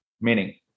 Meaning